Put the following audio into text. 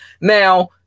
Now